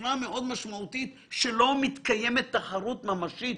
בצורה מאוד משמעותית שלא מתקיימת תחרות ממשית